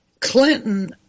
Clinton